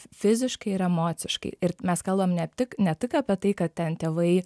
fiziškai ir emociškai ir mes kalbam ne tik ne tik apie tai kad ten tėvai